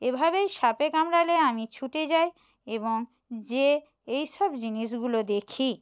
এভাবেই সাপে কামড়ালে আমি ছুটে যাই এবং গিয়ে এইসব জিনিসগুলো দেখি